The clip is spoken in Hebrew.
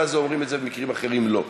הזה אומרים את זה ובמקרים אחרים לא.